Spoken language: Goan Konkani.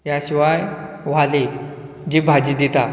त्या शिवाय वाली जी भाजी दितात